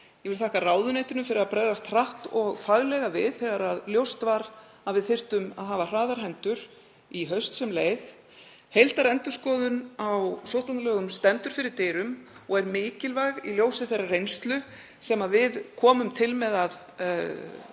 Ég vil þakka ráðuneytinu fyrir að bregðast hratt og faglega við þegar ljóst var að við þyrftum að hafa hraðar hendur í haust sem leið. Heildarendurskoðun á sóttvarnalögum stendur fyrir dyrum og er mikilvæg í ljósi þeirrar reynslu sem við komum til með að